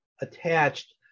attached